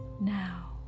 now